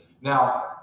now